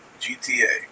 GTA